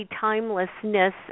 timelessness